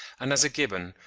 and as a gibbon,